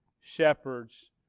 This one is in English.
shepherds